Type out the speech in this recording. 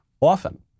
often